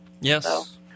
Yes